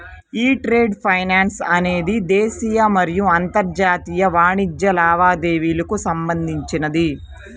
యీ trade finance అనేది దేశీయ మరియు అంతర్జాతీయ వాణిజ్య లావాదేవీలకు సంబంధించినది